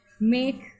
make